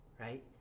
right